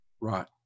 Right